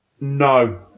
No